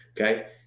Okay